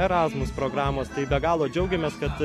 erasmus programos tai be galo džiaugiamės kad